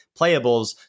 playables